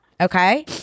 okay